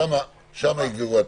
שם יגברו התקנות.